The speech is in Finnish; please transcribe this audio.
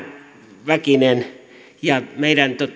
vähäväkinen ja meidän